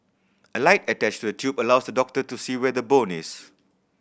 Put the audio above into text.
a light attached to the tube allows the doctor to see where the bone is